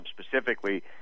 specifically